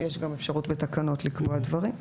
יש גם אפשרות בתקנות לקבוע דברים.